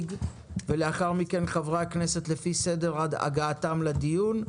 לאחר מכן חברי הכנסת לפי סדר הגעתם לדיון,